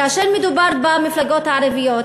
כאשר מדובר במפלגות הערביות,